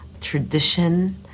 tradition